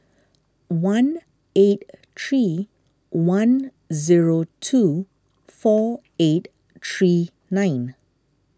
one eight three one zero two four eight three nine